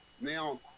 Now